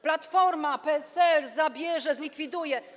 Platforma, PSL zabierze, zlikwiduje.